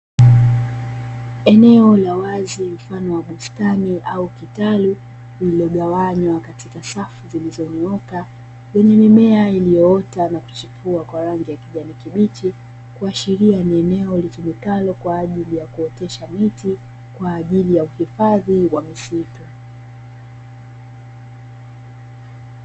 Eneo la wazi mfano wa bustani au kitalu lililogawanywa katika safu zilizonyooka, kwenye mimea iliyoota na kuchipua kwa rangi ya kijani kibichi, kuashiria ni eneo litumikalo kwa ajili ya kuotesha miti kwa ajili ya uhifadhi wa misitu.